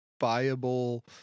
viable